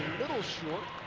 little short.